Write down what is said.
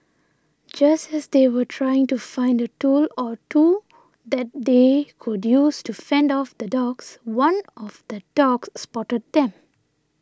just as they were trying to find a tool or two that they could use to fend off the dogs one of the dogs spotted them